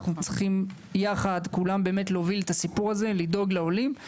אנחנו צריכים יחד להוביל את הסיפור הזה ולדאוג לעולים.